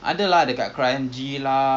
biscoff itu tak boleh dah